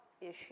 issue